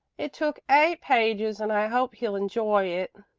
it took eight pages and i hope he'll enjoy it.